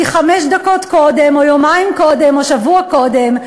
כי חמש דקות קודם או יומיים קודם או שבוע קודם,